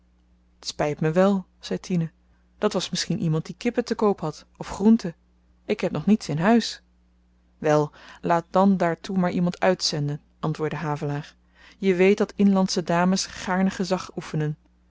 spyt me wel zei tine dat was misschien iemand die kippen te koop had of groente ik heb nog niets in huis wel laat dan daartoe maar iemand uitzenden antwoordde havelaar je weet dat inlandsche dames gaarne gezag oefenen